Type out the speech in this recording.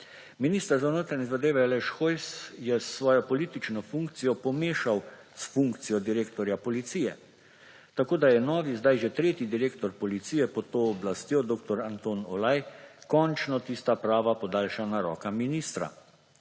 Minister za notranje zadeve Aleš Hojs je svojo politično funkcijo pomešal s funkcijo direktorja policije, tako da je novi, zdaj že tretji, direktor policije pod to oblastjo dr. Anton Olaj končno tista prava podaljšana roka ministra.